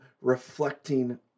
reflecting